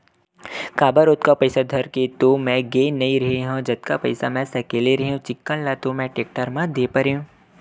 काबर ओतका पइसा धर के तो मैय गे नइ रेहे हव जतका पइसा मै सकले रेहे हव चिक्कन ल तो मैय टेक्टर म दे परेंव